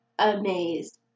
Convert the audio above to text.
amazed